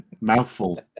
mouthful